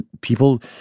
People